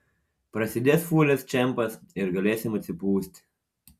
prasidės fūlės čempas ir galėsim atsipūsti